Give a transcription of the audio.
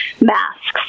masks